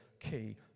key